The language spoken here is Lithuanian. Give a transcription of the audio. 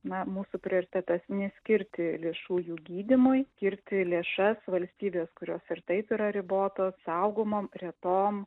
na mūsų prioritetas neskirti lėšų jų gydymui skirti lėšas valstybės kurios ir taip yra ribotos saugomom retom